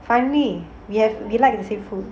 finally we have we like the same fruit